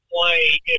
play